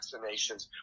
vaccinations